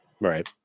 Right